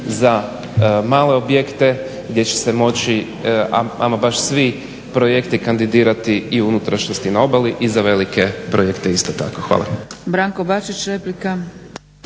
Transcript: za male objekte gdje će se moći ama baš svi projekti kandidirati i u unutrašnjosti i na obali i za velike projekte isto tako. Hvala.